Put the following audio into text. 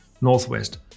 northwest